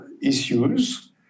issues